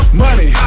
money